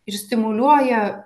ir stimuliuoja